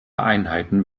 einheiten